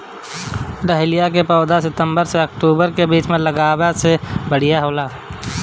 dahlia के पौधा सितंबर से अक्टूबर के बीच में लागावे से बढ़िया होला